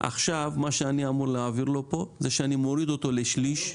עכשיו מה שאני אמור להעביר לו פה זה שאני מוריד אותו לשליש.